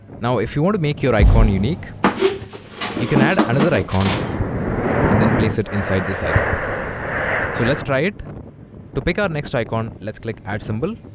now if you want to make your icon unique you can add and another icon and then place it inside this icon so let's try it to pick our next icon let's click add symbol